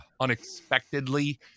unexpectedly